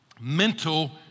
mental